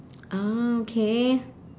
ah okay